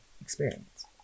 experience